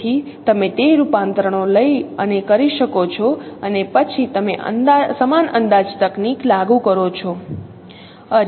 તેથી તમે તે રૂપાંતરણો લઈ અને કરી શકો છો અને પછી તમે સમાન અંદાજ તકનીક લાગુ કરો છો